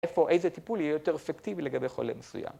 איפה, איזה טיפול יהיה יותר אפקטיבי לגבי חולה מסוים.